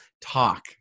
talk